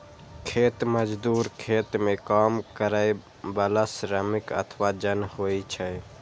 खेत मजदूर खेत मे काम करै बला श्रमिक अथवा जन होइ छै